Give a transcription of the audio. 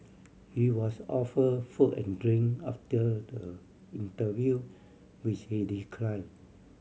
he was offer food and drink after the interview which he decline